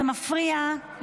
זה מפריע.